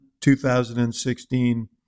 2016